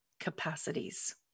capacities